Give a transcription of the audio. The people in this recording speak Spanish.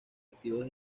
activos